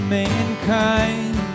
mankind